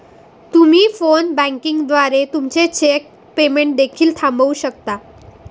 तुम्ही phone banking द्वारे तुमचे चेक पेमेंट देखील थांबवू शकता